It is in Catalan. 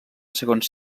segons